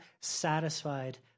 satisfied